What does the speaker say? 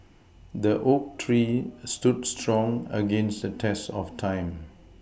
the oak tree stood strong against the test of time